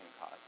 cause